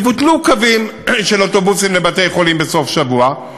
יבוטלו קווים של אוטובוסים לבתי-חולים בסוף שבוע.